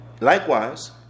likewise